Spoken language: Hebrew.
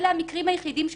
אלה המקרים היחידים שפותחים.